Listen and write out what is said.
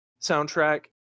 soundtrack